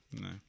No